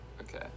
Okay